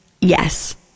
Yes